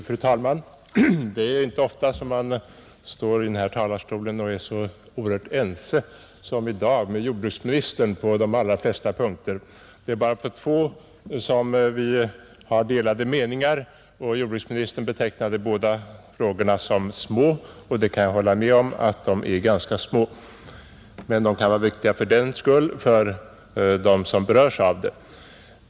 Fru talman! Det är inte ofta som man står i denna talarstol och är så ense som i dag med jordbruksministern på de allra flesta punkter. Det är bara på två som vi har delade meningar. Jordbruksministern betecknade båda frågorna som små och jag kan hålla med om att de är ganska små, men de kan vara viktiga fördenskull för dem som berörs av dem.